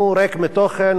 הוא ריק מתוכן.